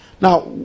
Now